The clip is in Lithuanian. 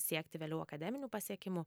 siekti vėliau akademinių pasiekimų